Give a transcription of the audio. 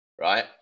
right